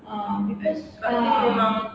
ah because ah